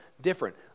different